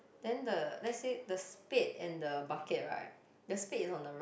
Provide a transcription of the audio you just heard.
then the let's say the spade and the bucket right the spade is on the right